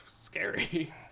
scary